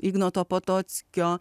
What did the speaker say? ignoto potockio